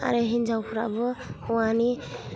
आरो हिन्जावफ्राबो हौवानि